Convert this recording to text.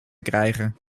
krijgen